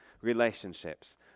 relationships